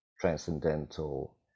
transcendental